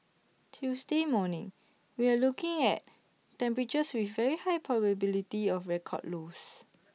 Tuesday morning we're looking at temperatures with very high probability of record lows